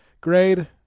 Grade